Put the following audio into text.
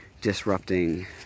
disrupting